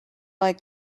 like